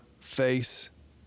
face